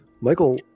Michael